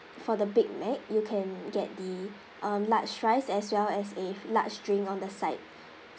for the big mac you can get the um large fries as well as a large drink on the side